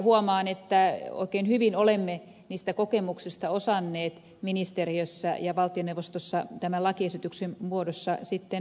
huomaan että oikein hyvin olemme niistä kokemuksista osanneet ministeriössä ja valtioneuvostossa tämän lakiesityksen muodossa ammentaa